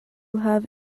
have